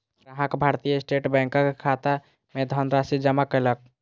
ग्राहक भारतीय स्टेट बैंकक खाता मे धनराशि जमा कयलक